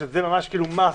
שזה ממש must,